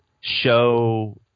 show –